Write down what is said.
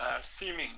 seeming